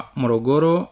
morogoro